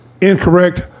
incorrect